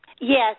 Yes